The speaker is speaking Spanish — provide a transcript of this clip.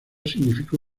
significó